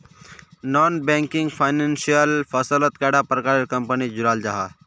Non banking financial फसलोत कैडा प्रकारेर कंपनी जुराल जाहा?